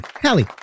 Hallie